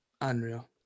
Unreal